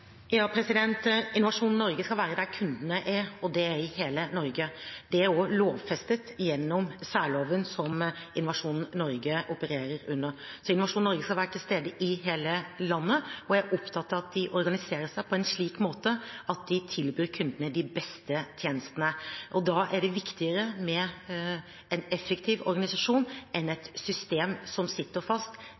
det er i hele Norge. Det er også lovfestet gjennom særloven som Innovasjon Norge opererer under. Innovasjon Norge skal være til stede i hele landet, og jeg er opptatt av at de organiserer seg på en slik måte at de tilbyr kundene de beste tjenestene. Da er det viktigere med en effektiv organisasjon enn et system som sitter fast